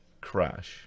crash